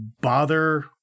bother